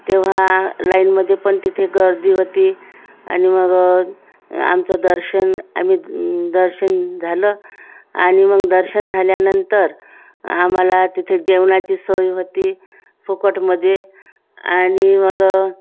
तेव्हा लाईनमध्ये पण तिथे गर्दी होती आणि मग आमचं दर्शन आम्ही दर्शन झालं आणि मग दर्शन झाल्यानंतर आम्हाला तिथे जेवणाची सोय होती फुकटमध्ये आणि मग